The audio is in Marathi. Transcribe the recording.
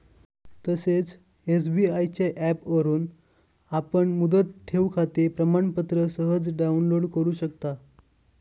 तसेच एस.बी.आय च्या ऍपवरून आपण मुदत ठेवखाते प्रमाणपत्र सहज डाउनलोड करु शकता